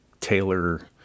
tailor